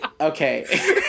Okay